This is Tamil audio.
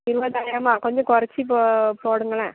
இருபதாயிரமா கொஞ்சம் குறைச்சி போ போடுங்களேன்